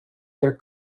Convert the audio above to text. their